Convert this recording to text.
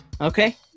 okay